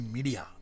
Media